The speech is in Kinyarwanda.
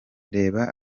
reba